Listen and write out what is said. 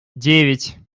девять